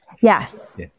Yes